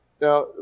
Now